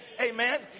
Amen